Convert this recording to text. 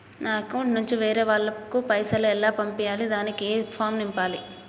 నా అకౌంట్ నుంచి వేరే వాళ్ళకు పైసలు ఎలా పంపియ్యాలి దానికి ఏ ఫామ్ నింపాలి?